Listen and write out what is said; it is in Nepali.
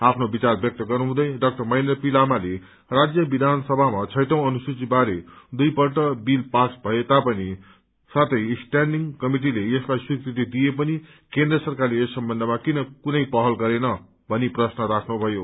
आफ्नो विचार व्यक्त गर्नुहुँदै डा महेन्द्र पी लामाले राज्य विधान समामा छैठौँ अनुसूचि बारे दुइफल्ट बील पास भए तापनि साथै स्टयाण्डिंग कमिटिले यसलाई स्वीकृत दिए पनि केन्द्र सरकारले यस सम्बन्धमा किन कुनै पहत गरेन प्रश्न राख्नु भयो